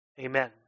Amen